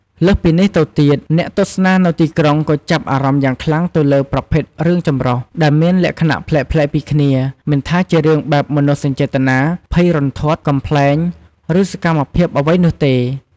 លើសពីនេះទៅទៀត អ្នកទស្សនានៅទីក្រុងក៏ចាប់អារម្មណ៍យ៉ាងខ្លាំងទៅលើ ប្រភេទរឿងចម្រុះ ដែលមានលក្ខណៈប្លែកៗពីគ្នា មិនថាជារឿងបែបមនោសញ្ចេតនា ភ័យរន្ធត់ កំប្លែង ឬសកម្មភាពអ្វីនោះទេ។